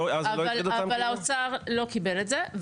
אבל האוצר לא קיבל את זה.